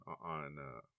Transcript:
on